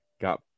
Got